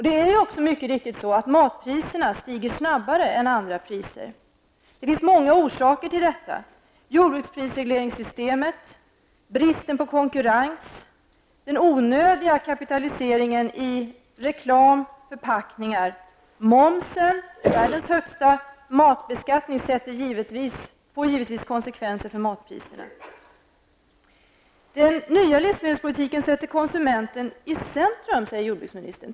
Det är också mycket riktigt så att matpriserna stiger snabbare än andra priser. Det finns många orsaker till detta. Prisregleringssystemet för jordbruket, bristen på konkurrens, den onödiga kapitaliseringen i reklam och förpackningar, momsen -- världens högsta. Matbeskattning får givetvis konsekvenser för matpriserna. Den nya livsmedelspolitiken sätter konsumenten i centrum, säger jordbruksministern.